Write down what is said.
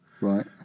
Right